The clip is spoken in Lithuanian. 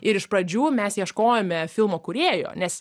ir iš pradžių mes ieškojome filmo kūrėjo nes